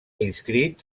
inscrit